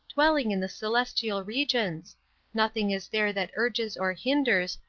dwelling in the celestial regions nothing is there that urges or hinders,